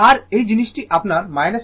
আর এই জিনিসটি আপনার 1 অ্যাপন ω c R হবে